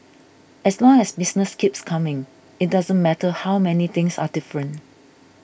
as long as business keeps coming it doesn't matter how many things are different